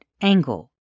angle